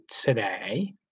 today